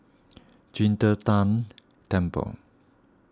Qing De Tang Temple